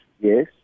yes